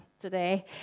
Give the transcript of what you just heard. today